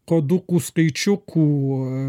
kodukų skaičiukų